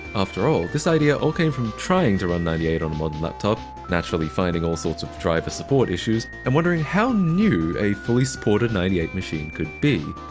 after all, this idea all came from trying to run ninety eight on a modern laptop, naturally finding all sorts of driver support issues, and wondering how new a fully supported ninety eight machine could be.